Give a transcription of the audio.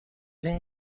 این